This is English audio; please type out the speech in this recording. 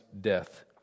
death